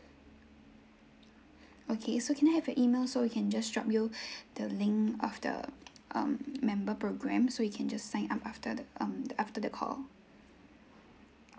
okay so can I have your email so we can just drop you the link after um member programs so you can just sign up after the um after the call